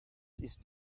ist